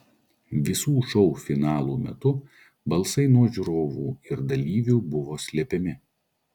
visų šou finalų metu balsai nuo žiūrovų ir dalyvių buvo slepiami